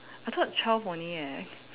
I thought twelve only leh